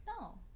No